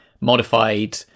modified